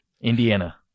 Indiana